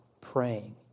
praying